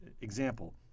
example